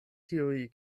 tiuj